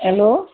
hello